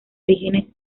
orígenes